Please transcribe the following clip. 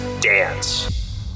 Dance